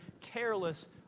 careless